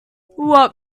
what